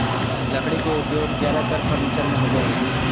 लकड़ी के उपयोग ज्यादेतर फर्नीचर में होबो हइ